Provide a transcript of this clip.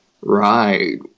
Right